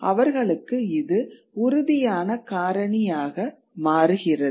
அவர்களுக்கு இது உறுதியான காரணியாக மாறுகிறது